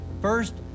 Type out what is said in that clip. First